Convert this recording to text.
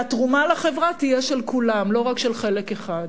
והתרומה לחברה תהיה של כולם, לא רק של חלק אחד.